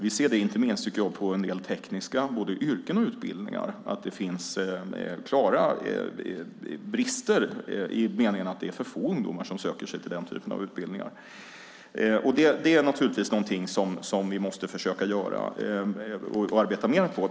Vi ser inte minst på en del tekniska yrken och utbildningar att det finns klara brister i den meningen att det är för få ungdomar som söker sig till den typen av utbildningar. Det är naturligtvis någonting som vi måste försöka arbeta mer på.